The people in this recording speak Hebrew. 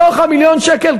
מתוך מיליון שקל,